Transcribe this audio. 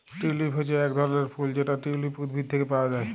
tulip হচ্যে এক ধরলের ফুল যেটা টিউলিপ উদ্ভিদ থেক্যে পাওয়া হ্যয়